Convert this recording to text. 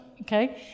Okay